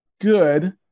good